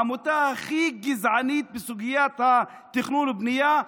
העמותה הכי גזענית בסוגיית התכנון ובנייה,